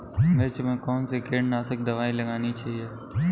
मिर्च में कौन सी कीटनाशक दबाई लगानी चाहिए?